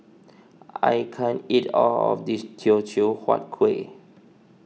I can't eat all of this Teochew Huat Kueh